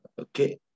Okay